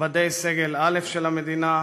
מכובדי סגל א' של המדינה,